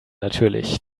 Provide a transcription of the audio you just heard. natürlich